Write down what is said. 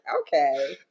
Okay